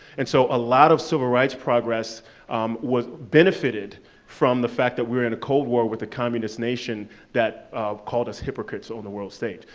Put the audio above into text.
and so a lot of civil rights progress um benefited from the fact that we were in a cold war with a communist nation that called us hypocrites on the world stage.